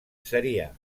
seria